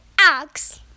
axe